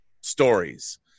stories